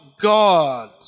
God